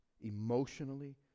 emotionally